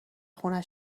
خونه